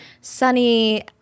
sunny